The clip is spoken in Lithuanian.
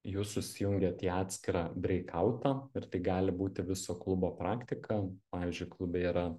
jūs susijungiat į atskirą breikautą ir tai gali būti viso klubo praktika pavyzdžiui klube yra